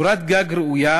קורת גג ראויה